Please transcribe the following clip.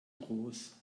groß